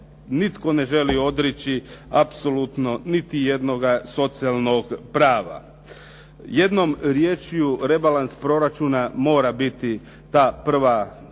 nitko ne želi odreći apsolutno niti jednoga socijalnog prava. Jednom rječju, rebalans proračuna mora biti ta prva točka